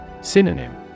Synonym